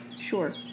Sure